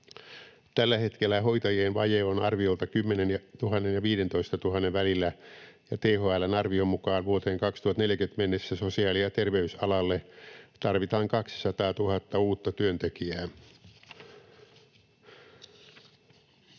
Tällä hetkellä hoitajien vaje on arviolta 10 000:n ja 15 000:n välillä, ja THL:n arvion mukaan vuoteen 2040 mennessä sosiaali- ja terveysalalle tarvitaan 200 000 uutta työntekijää.